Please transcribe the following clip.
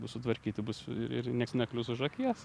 bus sutvarkyti bus ir nieks neklius už akies